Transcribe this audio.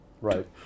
right